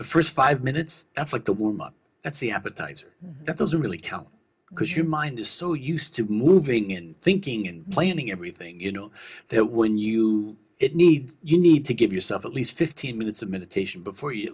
the first five minutes that's like the warm up that's the appetizer that doesn't really count because your mind is so used to moving in thinking and planning everything you know that when you need you need to give yourself at least fifteen minutes of meditation before you